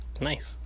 Nice